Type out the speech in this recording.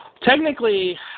technically